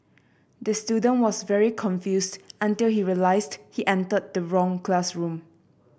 the student was very confused until he realised he entered the wrong classroom